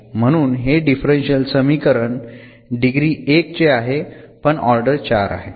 म्हणून हे डिफरन्शियल समीकरण डिग्री 1 चे आहे पण ऑर्डर 4 आहे